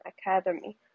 academy